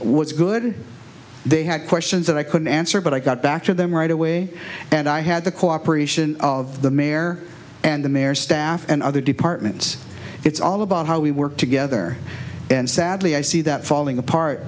was good they had questions that i couldn't answer but i got back to them right away and i had the cooperation of the mayor and the mayor's staff and other departments it's all about how we work together and sadly i see that falling